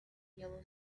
yellow